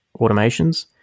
automations